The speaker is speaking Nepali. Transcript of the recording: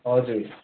हजुर